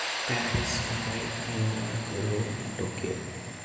Paris Mumbai New York Rome Tokyo